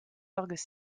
orgues